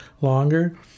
longer